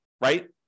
right